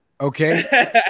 okay